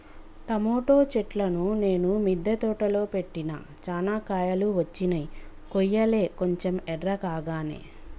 tomato చెట్లును నేను మిద్ద తోటలో పెట్టిన చానా కాయలు వచ్చినై కొయ్యలే కొంచెం ఎర్రకాగానే